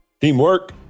Teamwork